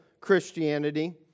Christianity